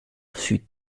fut